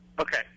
Okay